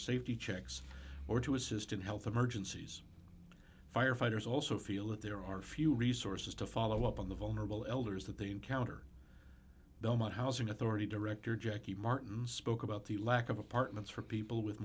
safety checks or to assist in health emergencies firefighters also feel that there are few resources to follow up on the vulnerable elders that they encounter belmont housing authority director jackie martin spoke about the lack of apartments for people with